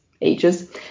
ages